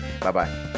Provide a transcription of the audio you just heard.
Bye-bye